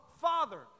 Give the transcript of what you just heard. Father